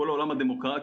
בכל העולם הדמוקרטי.